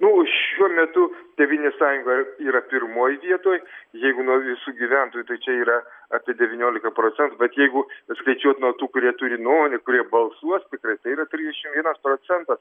nu šiuo metu tėvynės sąjunga yra pirmoj vietoj jeigu nuo visų gyventojų tai čia yra apie devyniolika procentų bet jeigu skaičiuoti nuo tų kurie turi nuomonę kurie balsuos tiktai tai yra trisedšimt vienas procentas